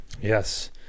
yes